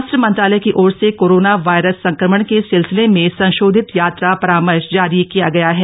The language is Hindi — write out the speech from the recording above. स्वास्थ्य मंत्रालय की ओर से कोरोना वायरस संक्रमण के सिलसिले में संशोधित यात्रा परामर्श जारी किया गया है